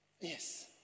Yes